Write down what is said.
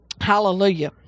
hallelujah